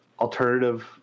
alternative